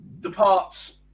departs